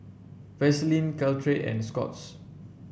Vaselin Caltrate and Scott's